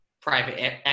private